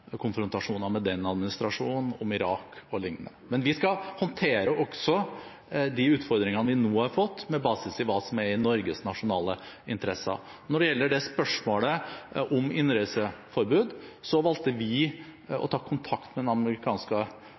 konfrontasjoner med den administrasjonen, om Irak o.l. Men vi skal håndtere også de utfordringene vi nå har fått, med basis i hva som er i Norges nasjonale interesser. Når det gjelder spørsmålet om innreiseforbud, valgte vi å ta kontakt med den amerikanske